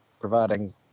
providing